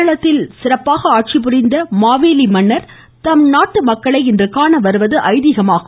கேரளத்தில் சிறப்பாக ஆட்சிபுரிந்த மாவேலி மன்னர் தம் நாட்டு மக்களை இன்று காணவருவது ஐதீகமாகும்